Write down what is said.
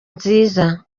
nziza